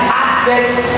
access